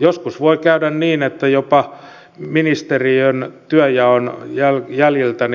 joskus voi käydä niin että jopa ministeriön työnjaon jäljiltä